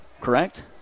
correct